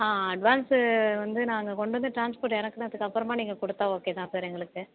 ஆ advance வந்து நாங்கள் கொண்டு வந்து ட்ரான்ஸ்போர்ட் இறக்குனதுக்கு அப்புறமா நீங்கள் கொடுத்தா ஓகே தான் சார் எங்களுக்கு